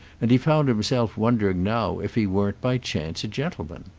and he found himself wondering now if he weren't by chance a gentleman.